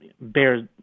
Bears